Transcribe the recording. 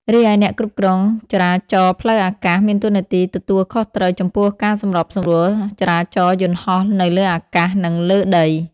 រីឯអ្នកគ្រប់គ្រងចរាចរណ៍ផ្លូវអាកាស មានតួនាទីទទួលខុសត្រូវចំពោះការសម្របសម្រួលចរាចរណ៍យន្តហោះនៅលើអាកាស និងលើដី។